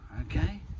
okay